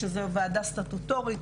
שזו ועדה סטטוטורית,